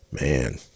man